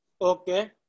Okay